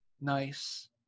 nice